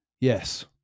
yes